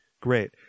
Great